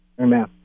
Amen